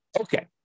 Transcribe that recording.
Okay